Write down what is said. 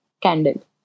candle